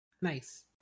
Nice